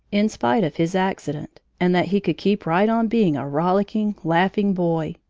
in spite of his accident, and that he could keep right on being a rollicking, laughing boy,